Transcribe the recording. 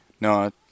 no